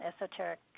esoteric